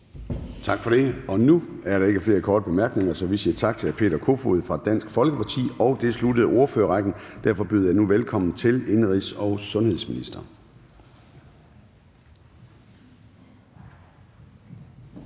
Tak for det. Nu er der ikke flere korte bemærkninger, så vi siger tak til hr. Peter Kofod fra Dansk Folkeparti. Det sluttede ordførerrækken, og derfor byder jeg nu velkommen til indenrigs- og sundhedsministeren.